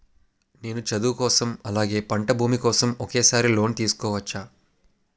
నేను చదువు కోసం అలాగే పంట భూమి కోసం ఒకేసారి లోన్ తీసుకోవచ్చా?